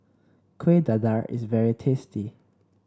Kuih Dadar is very tasty